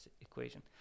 equation